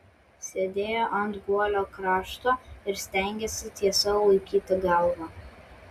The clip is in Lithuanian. sėdėjo ant guolio krašto ir stengėsi tiesiau laikyti galvą